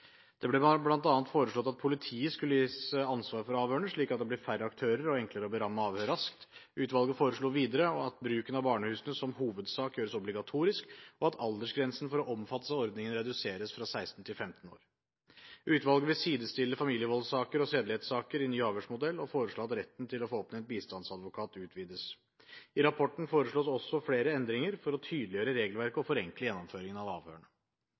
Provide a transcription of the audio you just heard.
Det ble bl.a. foreslått at politiet skulle gis ansvar for avhørene, slik at det ble færre aktører og enklere å beramme avhør raskt. Utvalget foreslo videre at bruken av barnehusene som hovedsak gjøres obligatorisk, og at aldersgrensen for å omfattes av ordningen reduseres fra 16 år til 15 år. Utvalget vil sidestille familievoldssaker og sedelighetssaker i ny avhørsmodell og foreslår at retten til å få oppnevnt bistandsadvokat utvides. I rapporten foreslås også flere endringer for å tydeliggjøre regelverket og forenkle gjennomføringen av avhørene.